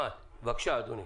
בבקשה, אדוני.